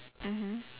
mmhmm